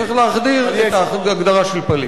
צריך להכניס הגדרה של פליט.